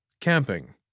Camping